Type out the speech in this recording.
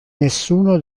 nessuno